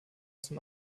zum